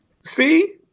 see